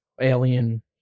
Alien